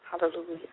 hallelujah